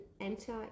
enter